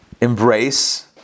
Embrace